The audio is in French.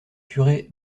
curé